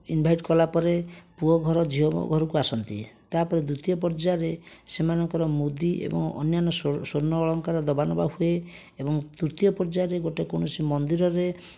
invite କଲାପରେ ପୁଅଘର ଝିଅଘରକୁ ଆସନ୍ତି ତାପରେ ଦ୍ଵିତୀୟ ପର୍ଯ୍ୟାୟରେ ସେମାନଙ୍କର ମୁଦି ଏବଂ ଅନ୍ୟାନ ସ୍ଵର୍ଣ୍ଣ ଅଳଙ୍କାର ଦେବାନେବା ହୁଏ ଏବଂ ତୃତୀୟ ପର୍ଯ୍ୟାୟରେ ଗୋଟେ କୋଣସି ମନ୍ଦିରରେ